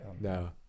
no